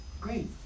great